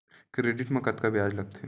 Credit मा कतका ब्याज लगथे?